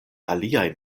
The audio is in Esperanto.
aliaj